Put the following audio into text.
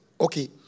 okay